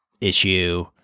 issue